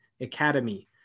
Academy